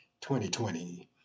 2020